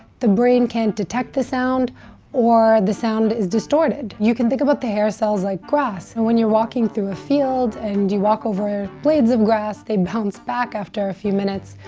the brain can't detect the sound or the sound is distorted. you can think about the hair cells like grass, when you're walking through a field and you walk over blades of grass they bounce back after a few minutes.